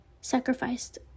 sacrificed